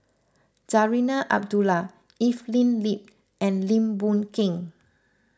Zarinah Abdullah Evelyn Lip and Lim Boon Keng